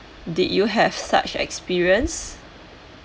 did you have such experience